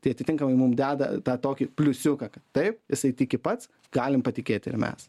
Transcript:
tai atitinkamai mum deda tą tokį pliusiuką kad taip jisai tiki pats galim patikėti ir mes